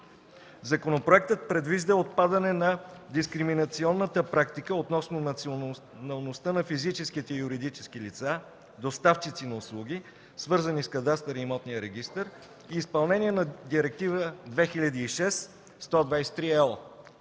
Законопроектът предвижда отпадане на дискриминационната практика, относно националността на физическите и юридически лица, доставчици на услуги, свързани с кадастъра и имотния регистър, и изпълнение на Директива 2006/123/ЕО.